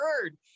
heard